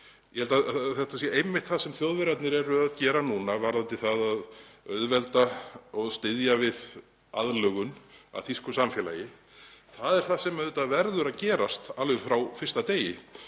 Ég held að þetta sé einmitt það sem Þjóðverjarnir eru að gera núna varðandi það að auðvelda og styðja við aðlögun að þýsku samfélagi. Það er það sem auðvitað verður að gerast alveg frá fyrsta degi.